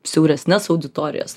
siauresnes auditorijas